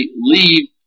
leave